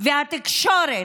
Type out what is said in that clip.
והתקשורת,